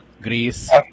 Greece